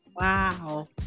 Wow